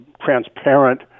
transparent